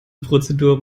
prozedur